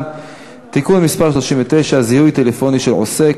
(תיקון מס' 39) (זיהוי טלפוני של עוסק),